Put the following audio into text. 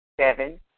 Seven